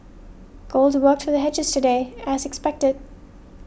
gold worked to the hedgers today as expected